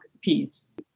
piece